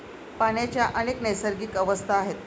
पाण्याच्या अनेक नैसर्गिक अवस्था आहेत